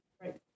Right